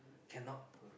cannot